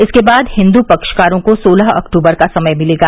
इसके बाद हिन्दू पक्षकारो को सोलह अक्टूबर का समय मिलेगा